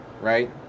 right